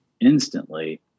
instantly